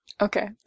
Okay